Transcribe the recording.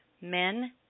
men